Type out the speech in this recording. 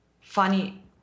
funny